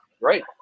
Right